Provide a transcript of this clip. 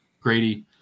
Grady